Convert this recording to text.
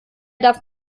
darf